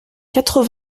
quatre